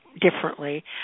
differently